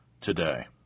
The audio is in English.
today